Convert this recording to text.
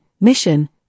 mission